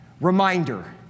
Reminder